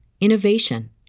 innovation